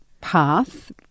path